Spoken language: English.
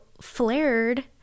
flared